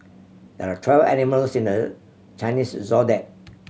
there are twelve animals in the Chinese Zodiac